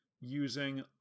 using